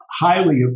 highly